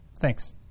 Thanks